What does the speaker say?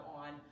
on